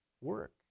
work